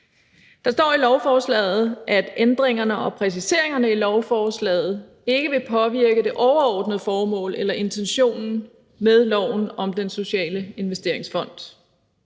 Der står i lovforslaget, at ændringerne og præciseringerne i lovforslaget ikke vil påvirke det overordnede formål eller intentionen med loven om Den Sociale Investeringsfond,